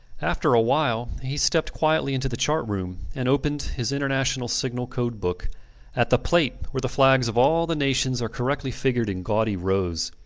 after a while he stepped quietly into the chart-room, and opened his international signal code-book at the plate where the flags of all the nations are correctly figured in gaudy rows.